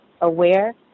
aware